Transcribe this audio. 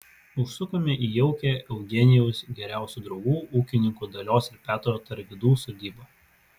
užsukome į jaukią eugenijaus geriausių draugų ūkininkų dalios ir petro tarvydų sodybą